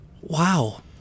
Wow